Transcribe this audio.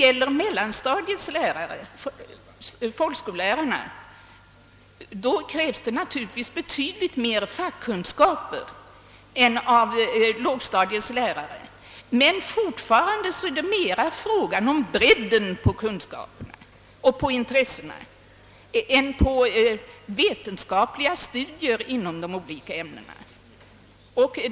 Av mellanstadiets lärare, folkskollärarna, krävs det naturligtvis betydligt mera fackkunskaper än av lågstadiets lärare, men fortfarande är det mera fråga om bredden på kunskaperna och intressena än på vetenskapliga studier inom de olika ämnesområdena.